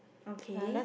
okay